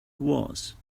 was